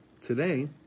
today